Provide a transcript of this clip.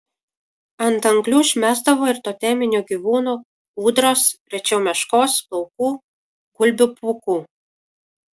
ant anglių užmesdavo ir toteminių gyvūnų ūdros rečiau meškos plaukų gulbių pūkų